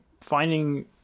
finding